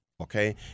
Okay